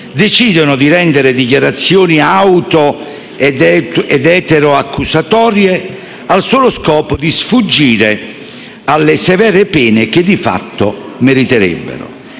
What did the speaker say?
decidono di rendere dichiarazioni auto ed eteroaccusatorie al solo scopo di sfuggire alle severe pene che, di fatto, meriterebbero.